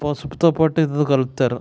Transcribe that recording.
పసుపుతో పాటు ఇదేదో కలుపుతారు